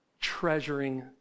treasuring